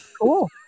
Cool